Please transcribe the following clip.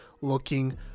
looking